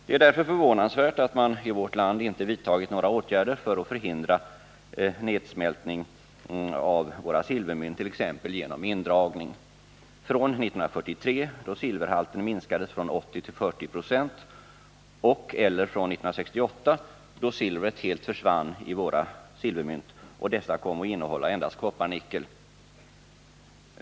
Det är därför förvånansvärt att man i vårt land inte vidtagit några åtgärder för att förhindra nedsmältning av våra silvermynt genom indragning av mynt från 1943 då silverhalten miskades från 80 till 40 26 och från 1968 då silvret helt försvann i våra ”silvermynt” och dessa kom att innehålla endast kopparnickel.